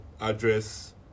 address